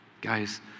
Guys